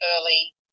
early